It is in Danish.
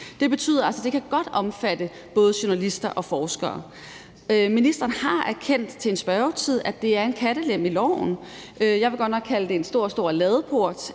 Det betyder altså, at det godt kan opfatte både journalister og forskere. Ministeren har erkendt til en spørgetid, at det er en kattelem i loven. Jeg vil godt nok kalde det en stor, stor ladeport,